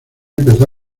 empezó